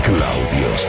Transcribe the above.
Claudio